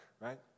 right